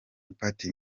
pati